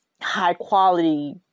high-quality